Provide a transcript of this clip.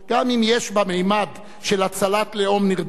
גם אם יש בה ממד של הצלת לאום נרדף,